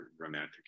romantic